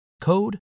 code